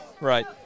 Right